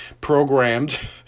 programmed